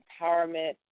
empowerment